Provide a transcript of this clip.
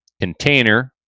container